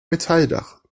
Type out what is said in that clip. metalldach